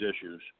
issues